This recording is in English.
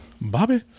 Bobby